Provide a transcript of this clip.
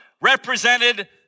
represented